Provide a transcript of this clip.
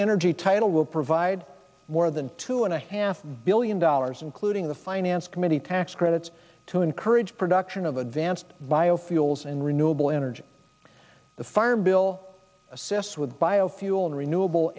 energy title will provide more than two and a half billion dollars including the finance committee tax credits to encourage production of advanced biofuels and renewable energy the farm bill assists with biofuel and renewable